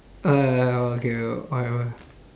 uh okay o~ whatever